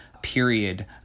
period